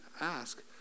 ask